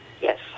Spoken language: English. Yes